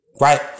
Right